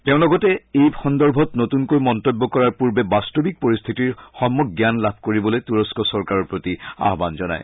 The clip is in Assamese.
তেওঁ লগতে এই সন্দৰ্ভত নতুনকৈ মন্তব্য কৰাৰ পূৰ্বে বাস্তৱিক পৰিস্থিতিৰ সম্যক জ্ঞান লাভ কৰিবলৈ তূৰস্ক চৰকাৰৰ প্ৰতি আহান জনায়